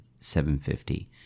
750